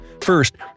First